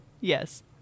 Yes